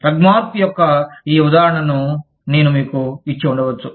Rugmark యొక్క ఈ ఉదాహరణ నేను మీకు ఇచ్చి ఉండవచ్చు